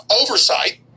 oversight